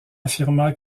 affirma